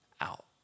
out